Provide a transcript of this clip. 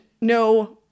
no